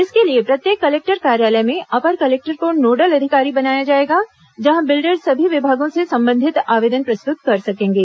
इसके लिए प्रत्येक कलेक्टर कार्यालय में अपर कलेक्टर को नोडल अधिकारी बनाया जाएगा जहां बिल्डर सभी विभागों से संबंधित आवेदन प्रस्तुत कर सकेंगे